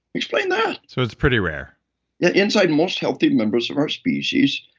explain that so it's pretty rare inside most healthy members of our species,